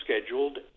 scheduled